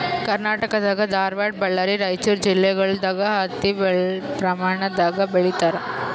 ಕರ್ನಾಟಕ್ ದಾಗ್ ಧಾರವಾಡ್ ಬಳ್ಳಾರಿ ರೈಚೂರ್ ಜಿಲ್ಲೆಗೊಳ್ ದಾಗ್ ಹತ್ತಿ ಭಾಳ್ ಪ್ರಮಾಣ್ ದಾಗ್ ಬೆಳೀತಾರ್